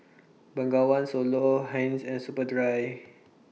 Bengawan Solo Heinz and Superdry